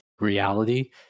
reality